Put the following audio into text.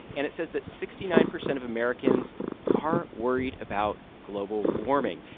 and it says that sixty nine percent of americans are worried about global warming,